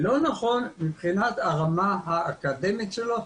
ולא נכון מבחינת הרמה האקדמית שלו,